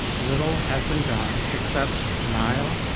little has been done except denial,